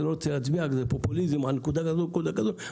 אני לא רוצה להיות פופוליסט ולנקוב בפרטים אבל אני